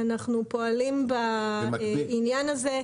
אנחנו פועלים בעניין הזה